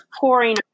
pouring